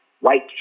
white